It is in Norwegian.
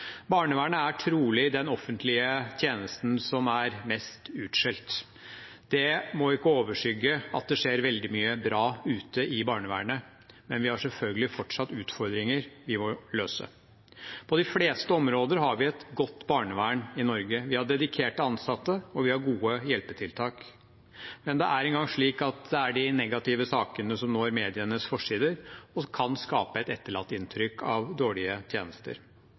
Barnevernet er trolig den offentlige tjenesten som er mest utskjelt. Det må ikke overskygge at det skjer veldig mye bra ute i barnevernet, men vi har selvfølgelig fortsatt utfordringer vi må løse. På de fleste områder har vi et godt barnevern i Norge. Vi har dedikerte ansatte, og vi har gode hjelpetiltak. Men det er engang slik at det er de negative sakene som når medienes forsider, og som kan etterlate et inntrykk av dårlige tjenester.